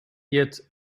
yet